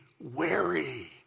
wary